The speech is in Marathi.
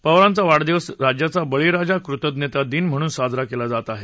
पवारांचा वाढदिवस राज्यात बळीराजाकृतज्ञता दिन म्हणून साजरा केला जात आहे